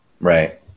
Right